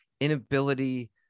inability